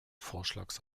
vorschlags